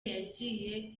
yagiye